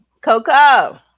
Coco